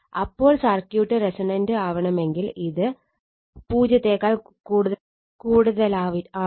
അപ്പോൾ circuit resonant ആവണമെങ്കിൽ ഇത് 0 ആയിരിക്കണം